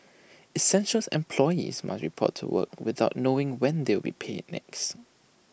essential employees must report to work without knowing when they'll be paid next